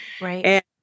Right